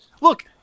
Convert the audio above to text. look